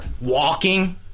walking